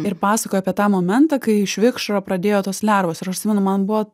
ir pasakojai apie tą momentą kai iš vikšro pradėjo tos lervos ir aš atsimenu man buvo